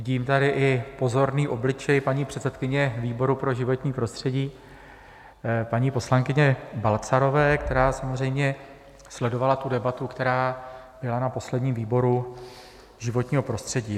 Vidím tady i pozorný obličej paní předsedkyně výboru pro životní prostředí, paní poslankyně Balcarové, která samozřejmě sledovala tu debatu, která byla na posledním výboru životního prostředí.